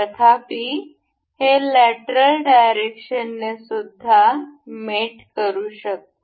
तथापि हे lateral direction ने जाऊन सुद्धा मेट करू शकते